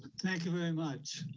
thank you very much.